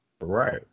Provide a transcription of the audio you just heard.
Right